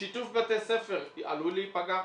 שיתוף בתי ספר עלול להיפגע,